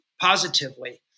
positively